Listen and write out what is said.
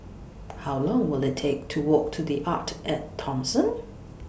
How Long Will IT Take to Walk to The Arte At Thomson